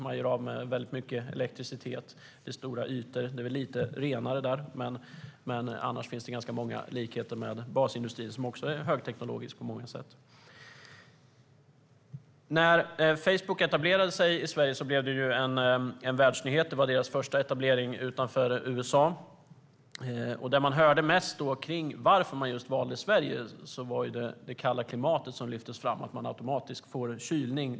Man gör av med väldigt mycket elektricitet. Det är stora ytor. Det är väl lite renare där. Annars finns det ganska många likheter med basindustrin, som också är högteknologisk på många sätt. När Facebook etablerade sig i Sverige blev det en världsnyhet. Det var deras första etablering utanför USA. Varför valde man Sverige? Det var mest det kalla klimatet som lyftes fram, att man automatiskt får kylning.